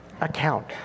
account